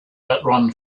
outrun